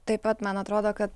taip pat man atrodo kad